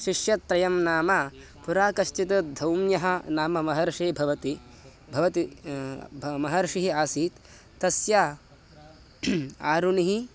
शिष्यत्रयं नाम पुरा कश्चित् धौन्यः नाम महर्षिः भवति भवति भ महर्षिः आसीत् तस्य आरुणिः